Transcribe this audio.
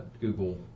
Google